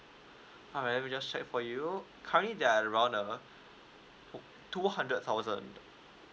alright let me just check for you currently they're around a two hundred thousand